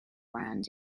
brand